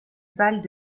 valent